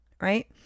right